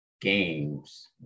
games